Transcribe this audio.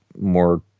more